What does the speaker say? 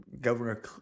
Governor